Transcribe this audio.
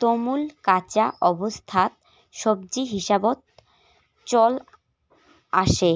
তলমু কাঁচা অবস্থাত সবজি হিসাবত চল আসে